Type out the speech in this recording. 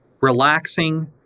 relaxing